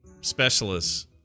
specialists